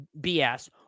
BS